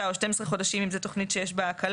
או 12 חודשים אם זה תוכנית שיש בה הקלה,